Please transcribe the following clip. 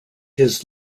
his